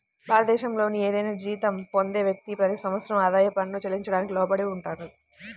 భారతదేశంలోని ఏదైనా జీతం పొందే వ్యక్తి, ప్రతి సంవత్సరం ఆదాయ పన్ను చెల్లించడానికి లోబడి ఉంటారు